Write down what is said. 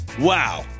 wow